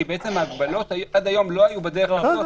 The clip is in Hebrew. כי בעצם ההגבלות עד היום לא היו בדרך הזאת.